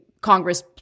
Congress